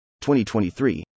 2023